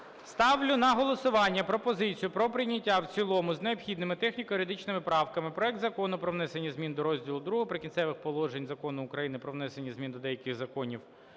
Ставлю на голосування пропозицію про прийняття в цілому з необхідними техніко-юридичними правками проект Закону про внесення змін до розділу ІІ "Прикінцеві положення" Закону України "Про внесення змін до деяких законів